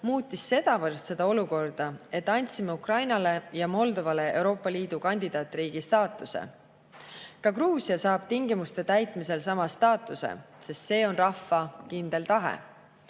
muutis sedavõrd seda olukorda, et andsime Ukrainale ja Moldovale Euroopa Liidu kandidaatriigi staatuse. Ka Gruusia saab tingimuste täitmisel sama staatuse, sest see on rahva kindel tahe.